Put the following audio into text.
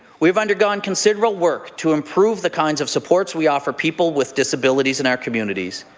we've undergone considerable work to improve the kinds of supports we offer people with disabilities in our communities.